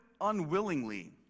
unwillingly